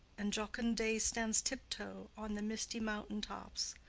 and jocund day stands tiptoe on the misty mountain tops.